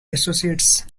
associates